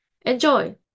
Enjoy